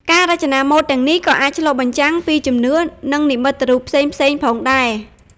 ការរចនាម៉ូដទាំងនេះក៏អាចឆ្លុះបញ្ចាំងពីជំនឿ និងនិមិត្តរូបផ្សេងៗផងដែរ។